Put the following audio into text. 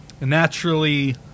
naturally